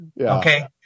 Okay